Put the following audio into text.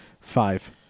five